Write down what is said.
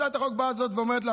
הצעת החוק הזאת באה ואומרת,